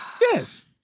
yes